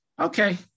Okay